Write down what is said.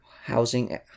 housing